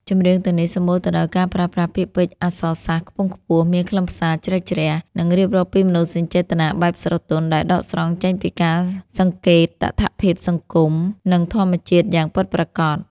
ចម្រៀងទាំងនេះសម្បូរទៅដោយការប្រើប្រាស់ពាក្យពេចន៍អក្សរសាស្ត្រខ្ពង់ខ្ពស់ មានខ្លឹមសារជ្រៅជ្រះ និងរៀបរាប់ពីមនោសញ្ចេតនាបែបស្រទន់ដែលដកស្រង់ចេញពីការសង្កេតតថភាពសង្គម និងធម្មជាតិយ៉ាងពិតប្រាកដ។